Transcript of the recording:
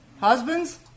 husbands